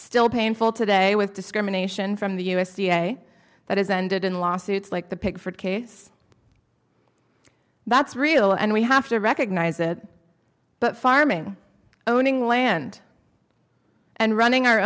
still painful today with discrimination from the u s d a that is ended in lawsuits like the pig for case that's real and we have to recognize it but farming owning land and running our